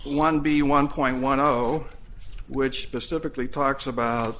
one b one point one zero which is typically talks about